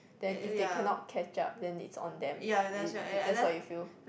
then if they cannot catch up then it's on them it that's what you feel